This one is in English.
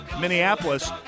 Minneapolis